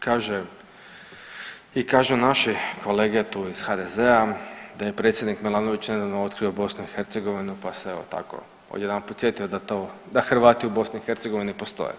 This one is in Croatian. Kaže i kažu naši kolege tu ih HDZ-a da je predsjednik Milanović nedavno otkrio BiH pa se evo tako odjedanput sjetio da to da Hrvati u BiH postoje.